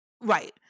right